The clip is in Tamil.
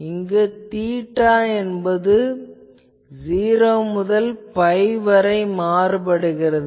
இங்கு தீட்டா என்பது 0 முதல் பை வரை மாறுகிறது